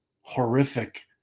horrific